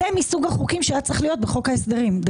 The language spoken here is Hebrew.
זה מסוג החוקים שהיה צריך להיות בחוק ההסדרים.